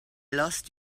lost